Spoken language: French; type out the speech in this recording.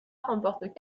remporte